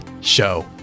show